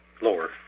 lower